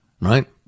Right